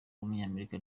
w’umunyamerika